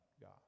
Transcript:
God